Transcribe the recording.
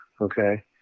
Okay